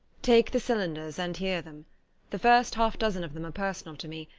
take the cylinders and hear them the first half-dozen of them are personal to me,